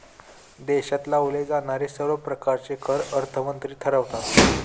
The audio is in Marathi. देशात लावले जाणारे सर्व प्रकारचे कर अर्थमंत्री ठरवतात